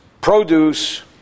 produce